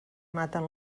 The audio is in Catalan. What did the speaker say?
maten